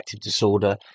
disorder